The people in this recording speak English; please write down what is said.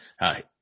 Hi